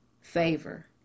favor